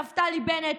נפתלי בנט,